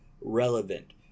relevant